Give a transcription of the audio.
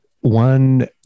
One